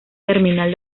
terminal